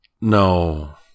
no